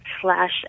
slash